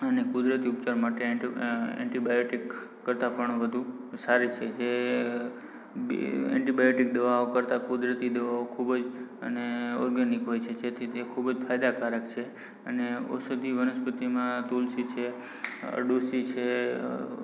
અને કુદરતી ઉપચાર માટે એન્ટિ અ એન્ટિ બાયોટિક કરતાં પણ વધુ સારી છે કે બે એન્ટિ બાયોટિક દવાઓ કરતાં કુદરતી દવાઓ ખૂબ જ અને ઓર્ગેનિક હોય છે જેથી તે ખૂબ જ ફાયદાકારક છે અને ઔષધી વનસ્પતિમાં તુલસી છે અરડુશી છે